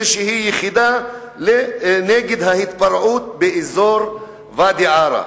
יחידה נגד ההתפרעות באזור ואדי-עארה.